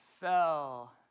fell